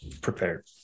prepared